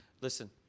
Listen